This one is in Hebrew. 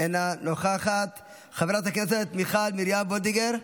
אינה נוכחת, חברת הכנסת מיכל מרים וולדיגר,